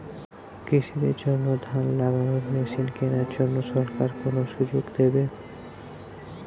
কৃষি দের জন্য ধান লাগানোর মেশিন কেনার জন্য সরকার কোন সুযোগ দেবে?